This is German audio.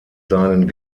seinen